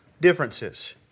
differences